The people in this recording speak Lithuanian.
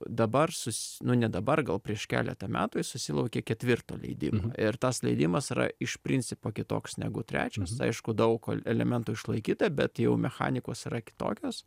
dabar sus nu ne dabar gal prieš keletą metų jis susilaukė ketvirto leidimo ir tas leidimas yra iš principo kitoks negu trečias aišku daug el elementų išlaikyta bet jau mechanikos yra kitokios